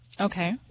Okay